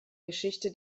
geschichte